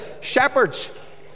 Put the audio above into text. shepherds